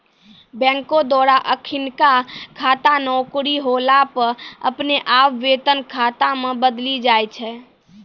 बैंको द्वारा अखिनका खाता नौकरी होला पे अपने आप वेतन खाता मे बदली जाय छै